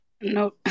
No